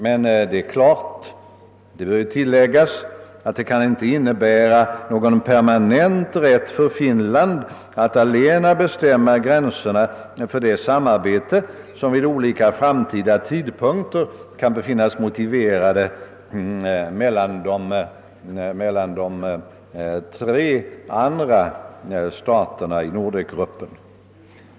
Men det är klart — det bör tilläggas — att det inte kan innebära någon permanent rätt för Finland att allena bestämma de gränser för samarbetet som vid olika framtida tidpunkter kan befinnas motiverade mellan Finland och de tre andra staterna i Nordekgruppen.